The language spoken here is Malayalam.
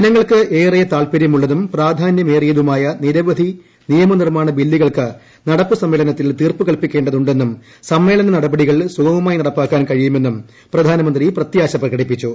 ജനങ്ങൾക്ക് ഏറെ താത്പര്യമുള്ളതും പ്രാധാന്യമേറിയതുമായ നിരവധി നിയമ നിർമ്മാണ ബില്ലുകൾക്ക് നടപ്പു സമ്മേളനത്തിൽ തീർപ്പുകൽപ്പിക്കേണ്ടതുണ്ടെന്നും സമ്മേള്ളന്ന നടപടികൾ സുഗമമായി നടപ്പാക്കാൻ കഴിയുമെന്നും പ്പ്ധാനമന്ത്രി പ്രത്യാശ പ്രകടിപ്പിച്ചു